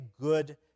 good